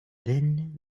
then